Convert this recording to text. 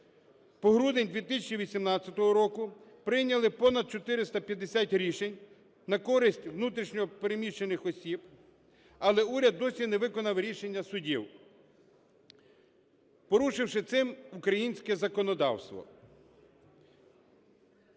по грудень 2018 року прийняли понад 450 рішень на користь внутрішньо переміщених осіб, але уряд досі не виконав рішення судів, порушивши цим українське законодавство.